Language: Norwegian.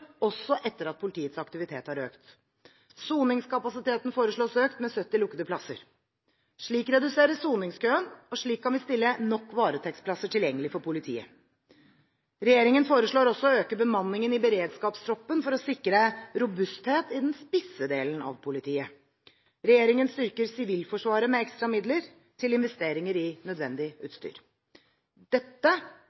også etter at politiets aktivitet har økt. Soningskapasiteten foreslås økt med 70 lukkede plasser. Slik reduseres soningskøen, og slik kan vi stille nok varetektsplasser tilgjengelig for politiet. Regjeringen foreslår også å øke bemanningen i beredskapstroppen for å sikre robusthet i den spisse delen av politiet. Regjeringen styrker Sivilforsvaret med ekstra midler til investeringer i nødvendig